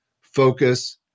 focus